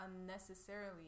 unnecessarily